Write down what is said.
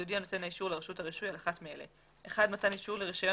יודיע נותן האישור לרשות הרישוי על אחת מאלה: מתן אישור לרישיון